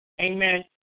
Amen